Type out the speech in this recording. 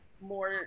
more